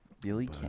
Billy